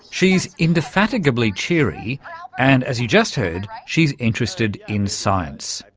she's indefatigably cheery and, as you just heard, she's interested in science.